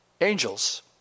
Angels